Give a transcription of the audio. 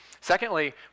Secondly